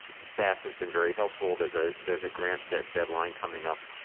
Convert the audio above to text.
staff has been very helpful. there's ah there's a grant deadline coming up,